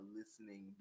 listening